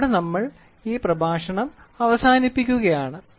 ഇതോടെ നമ്മൾ ഈ പ്രഭാഷണം അവസാനിപ്പിക്കുകയാണ്